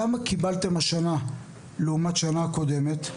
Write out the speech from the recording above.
כמה קיבלתם השנה לעומת שנה הקודמת.